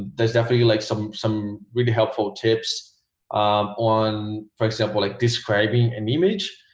there's definitely like some some really helpful tips um on for example like describing an image